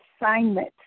assignment